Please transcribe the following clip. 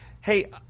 Hey